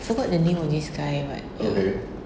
forgot the name of this guy what